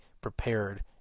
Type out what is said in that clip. prepared